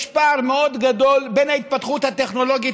יש פער מאוד גדול בין ההתפתחות הטכנולוגית